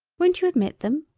won't you admit them?